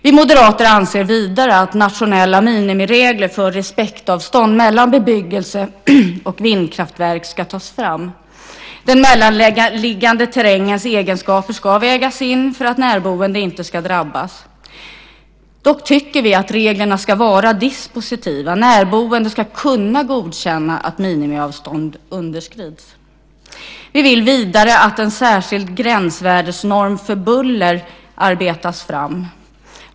Vi moderater anser vidare att nationella minimiregler för respektavstånd mellan bebyggelse och vindkraftverk ska tas fram. Den mellanliggande terrängens egenskaper ska vägas in för att närboende inte ska drabbas. Vi tycker dock att reglerna ska vara dispositiva. Närboende ska kunna godkänna att minimiavstånd underskrids. Vi vill vidare att en särskild gränsvärdesnorm för buller ska arbetas fram.